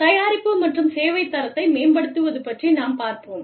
தயாரிப்பு மற்றும் சேவை தரத்தை மேம்படுத்துவது பற்றி நாம் பார்ப்போம்